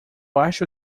acho